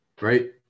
right